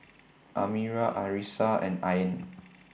Amirah Arissa and Ain